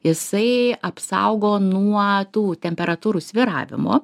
jisai apsaugo nuo tų temperatūrų svyravimų